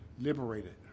liberated